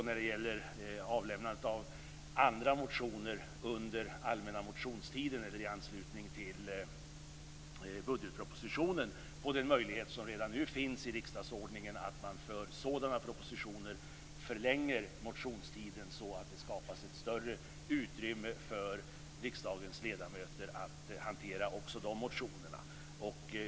När det gäller avlämnande av motioner i anslutning till andra propositioner än budgetpropositionen under allmänna motionstiden pekar vi på den möjlighet som redan nu finns i riksdagsordningen att för sådana propositioner förlänga motionstiden, så att det skapas ett större utrymme för riksdagens ledamöter att väcka sådana motioner.